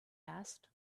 asked